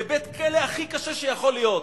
בבית-כלא הכי קשה שיכול להיות,